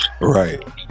right